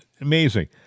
amazing